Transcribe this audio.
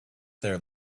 their